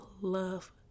love